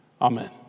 amen